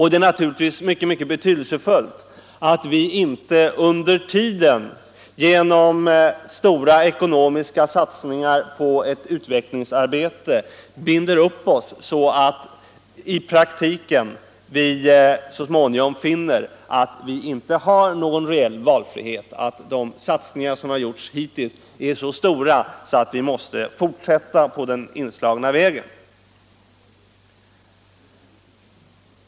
Det är naturligtvis mycket betydelsefullt att vi inte under tiden binder upp oss genom stora ekonomiska satsningar på ett utvecklingsarbete så att vi så småningom finner att vi i praktiken inte har någon valfrihet, att de satsningar som hittills gjorts är så stora att vi måste fortsätta på den inslagna vägen.